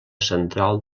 central